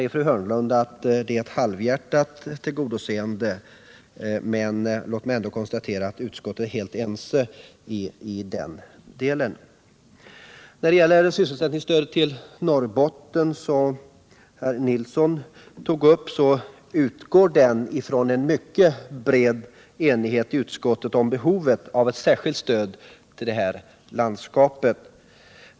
Fru Hörnlund säger att detta är ett halvhjärtat tillgodoseende, men låt mig ändå konstatera utskottets ställningstagande. När det gäller frågan om sysselsättningsstödet till Norrbotten, som Birger Nilsson tog upp, utgår vi från en mycket bred enighet i utskottet om behovet av ett särskilt stöd till detta landskap.